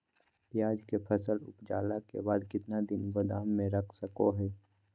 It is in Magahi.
प्याज के फसल उपजला के बाद कितना दिन गोदाम में रख सको हय?